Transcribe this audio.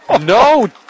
No